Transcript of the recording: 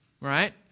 right